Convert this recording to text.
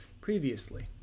previously